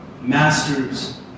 master's